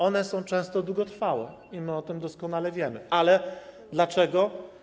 One są często długotrwałe, i my o tym doskonale wiemy, ale dlaczego?